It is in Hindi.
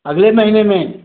अगले महीने में